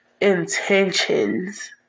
intentions